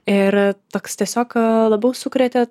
ir toks tiesiog labiau sukrėtė